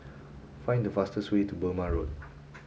find the fastest way to Burmah Road